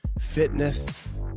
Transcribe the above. fitness